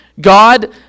God